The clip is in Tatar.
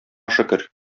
шөкер